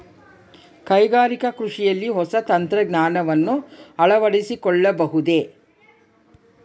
ಕೈಗಾರಿಕಾ ಕೃಷಿಯಲ್ಲಿ ಹೊಸ ತಂತ್ರಜ್ಞಾನವನ್ನ ಅಳವಡಿಸಿಕೊಳ್ಳಬಹುದೇ?